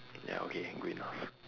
ya okay good enough